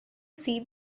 see